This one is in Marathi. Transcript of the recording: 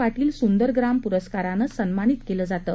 पाटील सुंदर ग्राम पुरस्कारानं सन्मानित केलं जातं